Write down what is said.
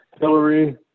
Hillary